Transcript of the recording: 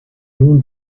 nun